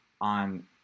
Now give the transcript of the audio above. On